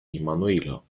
emanuela